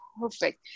perfect